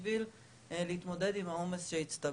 על מנת להתמודד עם העומס שהצטבר.